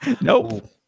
Nope